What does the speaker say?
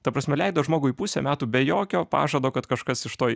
ta prasme leido žmogui pusę metų be jokio pažado kad kažkas iš to